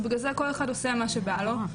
ובגלל זה כל אחד עושה מה שבא לו.